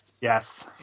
Yes